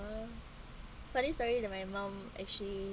uh funny story that my mum actually